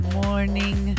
morning